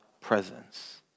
presence